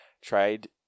tried